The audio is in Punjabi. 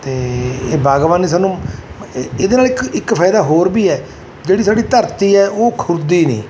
ਅਤੇ ਇਹ ਬਾਗਬਾਨੀ ਸਾਨੂੰ ਇ ਇਹਦੇ ਨਾਲ ਇੱਕ ਇੱਕ ਫਾਇਦਾ ਹੋਰ ਵੀ ਹੈ ਜਿਹੜੀ ਸਾਡੀ ਧਰਤੀ ਹੈ ਉਹ ਖੁਰਦੀ ਨਹੀਂ